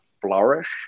flourish